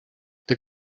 that